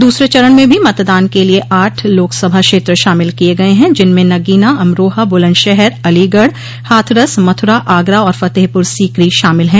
दूसरे चरण में भी मतदान के लिये आठ लोकसभा क्षेत्र शामिल किये गये हैं जिनमें नगीना अमरोहा बुलंदशहर अलीगढ़ हाथरस मथुरा आगरा और फतेहपुर सीकरी शामिल हैं